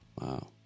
Wow